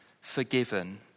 forgiven